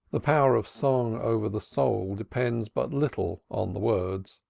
the power of song over the soul depends but little on the words.